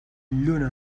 lluna